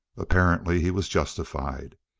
apparently he was justified.